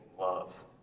love